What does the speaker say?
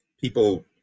people